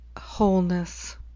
Wholeness